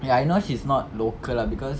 ya I know she's not local lah cause